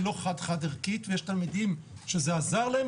לא חד-חד-ערכית ויש תלמידים שזה עזר להם.